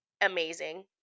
amazing